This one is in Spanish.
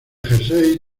jersey